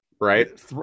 Right